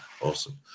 awesome